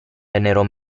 vennero